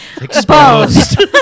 Exposed